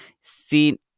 see